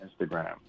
Instagram